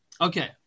Okay